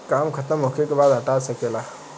काम खतम होखे बाद हटा सके ला